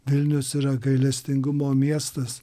vilnius yra gailestingumo miestas